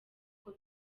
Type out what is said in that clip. uko